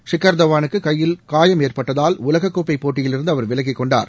ஷிக்கர் தவானுக்கு கையில் காயம் ஏற்பட்டதால் உலகக்கோப்பை போட்டியிலிருந்து அவர் விலகிக்கொண்டார்